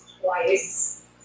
twice